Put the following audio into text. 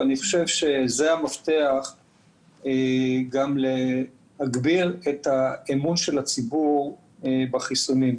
ואני חושב שזה המפתח גם להגביר את אמון הציבור בחיסונים.